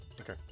Okay